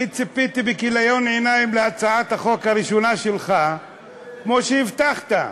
אני ציפיתי בכיליון עיניים להצעת החוק הראשונה שלך כמו שהבטחת,